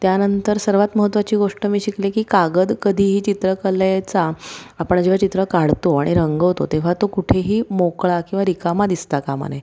त्यानंतर सर्वात महत्त्वाची गोष्ट मी शिकले की कागद कधीही चित्रकलेचा आपण जेव्हा चित्र काढतो आणि रंगवतो तेव्हा तो कुठेही मोकळा किंवा रिकामा दिसता कामा नये